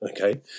Okay